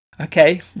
Okay